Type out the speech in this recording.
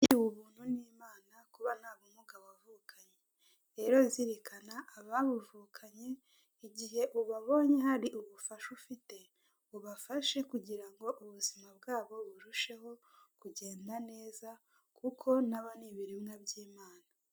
Ni ubuntu n'Imana kuba ntamuga wavukanye rero zirikana ababuvukanye igihe ubabonye hari ubufasha ufite, ubafashe kugira ngo ubuzima bwabo burusheho kugenda neza kuko na bo ni ibiremwa by'Imana.